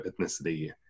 ethnicity